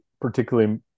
particularly